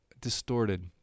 distorted